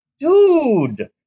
Dude